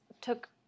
took